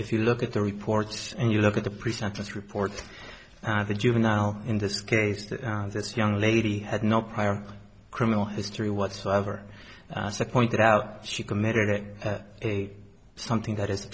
if you look at the reports and you look at the pre sentence report the juvenile in this case that this young lady had no prior criminal history whatsoever pointed out she committed a something that i